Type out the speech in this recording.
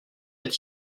est